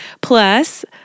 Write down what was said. plus